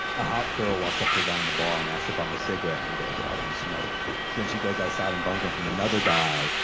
a hot girl walks up to a guy in the bar and asks to bum a cigarette, and he goes, oh, i don't smoke. so then she goes outside and bums them from another guy,